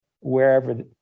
wherever